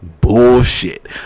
Bullshit